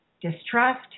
distrust